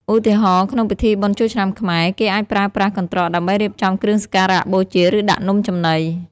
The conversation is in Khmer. ឧទាហរណ៍ ក្នុងពិធីបុណ្យចូលឆ្នាំខ្មែរ គេអាចប្រើប្រាស់កន្ត្រកដើម្បីរៀបចំគ្រឿងសក្ការៈបូជា ឬដាក់នំចំណី។